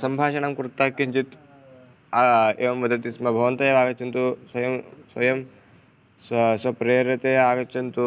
सम्भाषणं कृत्वा किञ्चित् एवं वदति स्म भवन्तः एव आगच्छन्तु स्वयं स्वयं स्वं स्वप्रेरणया आगच्छन्तु